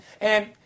And-